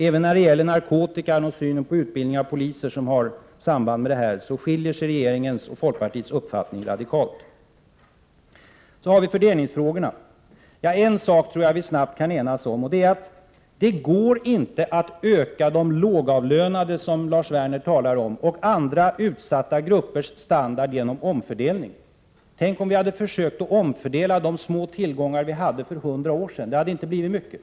Även när det gäller narkotikan och synen på utbildning av poliser, som har ett samband med detta, skiljer sig regeringens och folkpartiets uppfattning radikalt. Så över till fördelningsfrågorna. En sak tror jag att vi snabbt kan enas om, och det är att det inte går att öka standarden för de lågavlönade, som Lars Werner talar om, och andra utsatta grupper genom omfördelning. Tänk om vi hade försökt att omfördela de små tillgångar vi hade för 100 år sedan. Det hade inte blivit mycket.